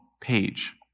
page